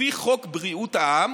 לפי חוק בריאות העם